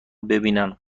ببینن